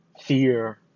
fear